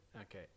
Okay